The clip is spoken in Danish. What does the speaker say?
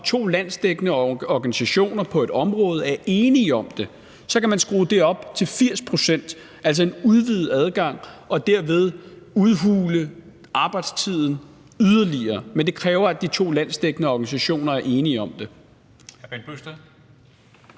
to landsdækkende organisationer, på et område er enige om det, kan man skrue det op til 80 pct., altså få en udvidet adgang, og derved udhule arbejdstiden yderligere. Men det kræver, at de to landsdækkende organisationer er enige om det.